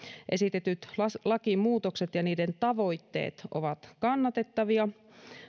esitetyt lakimuutokset ja niiden tavoitteet ovat kannatettavia